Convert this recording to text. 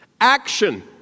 action